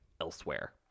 elsewhere